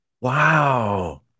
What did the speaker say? Wow